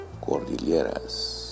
Cordilleras